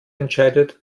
entscheidet